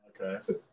Okay